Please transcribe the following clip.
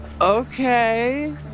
Okay